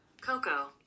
Coco